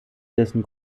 dessen